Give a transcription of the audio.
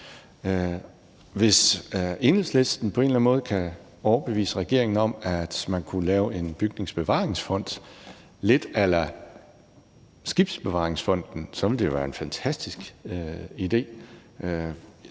eller anden måde kan overbevise regeringen om, at man kunne lave en bygningsbevaringsfond lidt a la Skibsbevaringsfonden, ville det jo være en fantastisk idé.